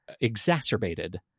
exacerbated